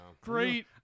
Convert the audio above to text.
Great